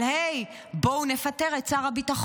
אבל היי, בואו נפטר את שר הביטחון.